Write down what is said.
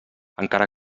encara